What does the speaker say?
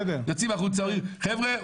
יוצאים החוצה ואומרים: חבר'ה,